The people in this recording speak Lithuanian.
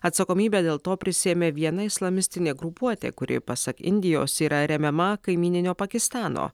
atsakomybę dėl to prisiėmė viena islamistinė grupuotė kuri pasak indijos yra remiama kaimyninio pakistano